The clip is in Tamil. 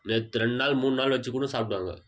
நேற்று ரெண்டு நாள் மூணு நாள் வச்சு கூட சாப்பிடுவாங்க